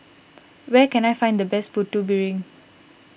where can I find the best Putu Piring